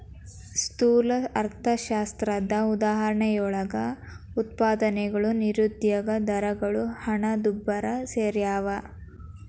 ಸ್ಥೂಲ ಅರ್ಥಶಾಸ್ತ್ರದ ಉದಾಹರಣೆಯೊಳಗ ಉತ್ಪಾದನೆಗಳು ನಿರುದ್ಯೋಗ ದರಗಳು ಹಣದುಬ್ಬರ ಸೆರ್ಯಾವ